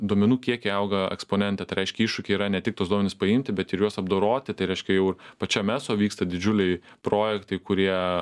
duomenų kiekiai auga eksponente tai reiškia iššūkiai yra ne tik tuos duomenis paimti bet ir juos apdoroti tai reiškia jau ir pačiam eso vyksta didžiuliai projektai kurie